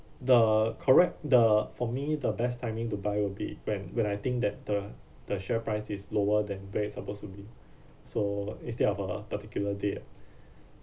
the correct the for me the best timing to buy will be when when I think that the the share price is lower than where it's supposed to be so instead of a particular day ah